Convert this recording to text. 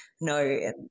no